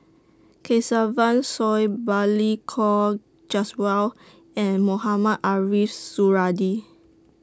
Kesavan Soon Balli Kaur Jaswal and Mohamed Ariff Suradi